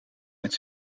met